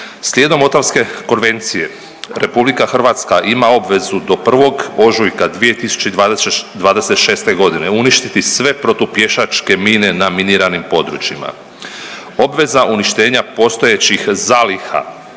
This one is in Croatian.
Slijedom Otavske konvencije Republika Hrvatska ima obvezu do 1. ožujka 2026. godine uništiti sve protu pješačke mine na miniranim područjima. Obveza uništenja postojećih zaliha